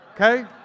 okay